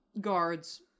guards